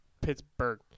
Pittsburgh